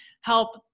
help